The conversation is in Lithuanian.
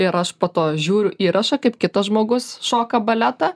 ir aš po to žiūriu įrašą kaip kitas žmogus šoka baletą